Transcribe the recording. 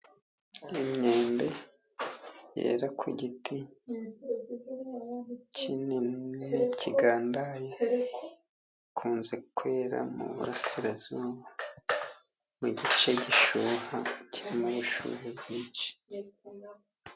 Imyembe yera ku giti kinini kigandaye, ikunze kwera mu Burasirazuba, mu gice gishyuha kirimo ubushuhe bwinshi.